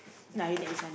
now you take this one